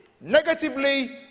negatively